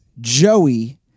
Joey